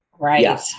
Right